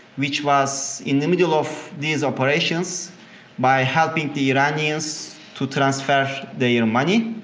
which was in the middle of these operations by helping the iranians to transfer their you know money.